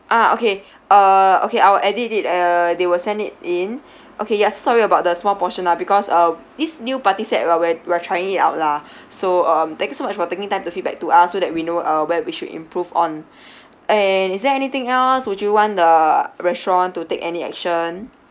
ah okay uh okay I will edit it uh they will send it in okay yes so sorry about the small portion lah because uh this new party set we're we're we're trying it out lah so um thank you so much about taking time to feedback to us so that we know uh where we should improve on and is there anything else would you want the restaurant to take any action